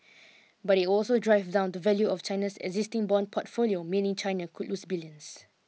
but it also drive down the value of China's existing bond portfolio meaning China could lose billions